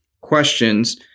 questions